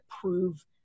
prove